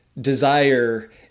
desire